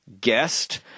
guest